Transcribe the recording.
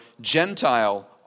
Gentile